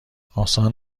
آسان